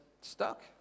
stuck